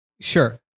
Sure